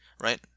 right